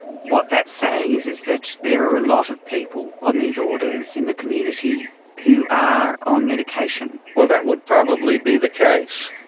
what that's saying is is that there are a lot of people on these orders in the community who are on medication. well that would probably be the